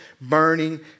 burning